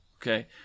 Okay